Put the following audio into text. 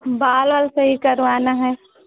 बाल वाल सही करवाना है